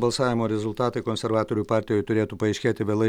balsavimo rezultatai konservatorių partijoj turėtų paaiškėti vėlai